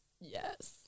yes